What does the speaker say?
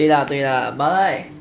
对 lah 对 lah but right